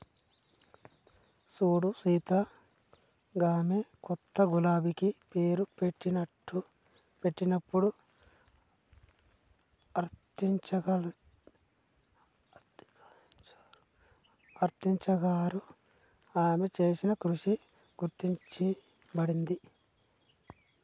సూడు సీత గామె కొత్త గులాబికి పేరు పెట్టినప్పుడు హార్టికల్చర్ ఆమె చేసిన కృషి గుర్తించబడింది